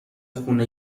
خونه